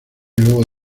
luego